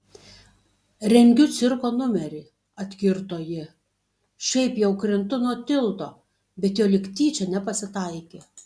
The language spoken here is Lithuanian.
rengiu cirko numerį atkirto ji šiaip jau krintu nuo tilto bet jo lyg tyčia nepasitaikė